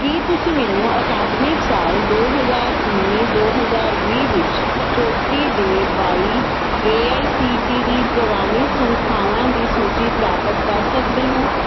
ਕੀ ਤੁਸੀਂ ਮੈਨੂੰ ਅਕਾਦਮਿਕ ਸਾਲ ਦੋ ਹਜ਼ਾਰ ਉੱਨੀ ਦੋ ਹਜ਼ਾਰ ਵੀਹ ਵਿੱਚ ਚੋਟੀ ਦੇ ਬਾਈ A I C T E ਪ੍ਰਵਾਨਿਤ ਸੰਸਥਾਵਾਂ ਦੀ ਸੂਚੀ ਪ੍ਰਾਪਤ ਕਰ ਸਕਦੇ ਹੋ